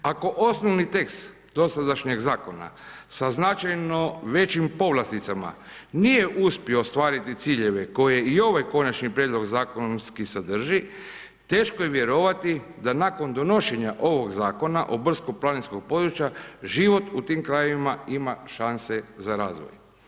Ako osnovni tekst dosadašnjeg zakona sa značajno većim povlasticama nije uspio ostvariti ciljeve koje i ovaj konačni prijedlog zakonski sadrži teško je vjerovati da nakon donošenja ovog Zakona o brdsko-planinskog područja život u tim krajevima ima šanse za razvoj.